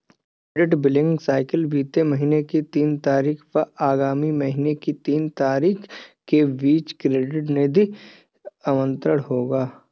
credit billing cycle बीते महीने की तीन तारीख व आगामी महीने की तीन तारीख के बीच क्रेडिट निधि अंतरण होगा